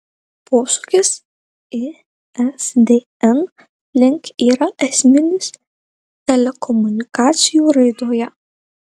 posūkis isdn link yra esminis telekomunikacijų raidoje